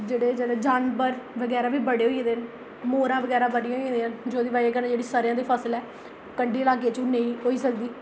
जेह्ड़े जेह्ड़े जानवर बगैरा बी बड़े होई दे न मोरां बगैरा बड़ियां होई दियां न एह्दी बजह कन्नै जेह्ड़ी स'रेआं दी फसल ऐ कंढी ल्हाके च बी निं होई सकदी